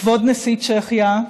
כבוד נשיא צ'כיה,